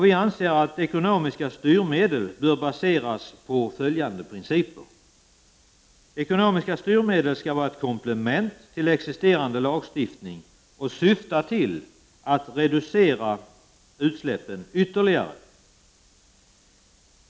Vi anser att ekonomiska styrmedel bör baseras på följande principer. Ekonomiska styrmedel skall vara ett komplement till existerande lagstiftning och syfta till att reducera utsläppen ytterligare.